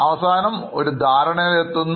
അവസാനം ഒരു ധാരണയിൽ എത്തുന്നു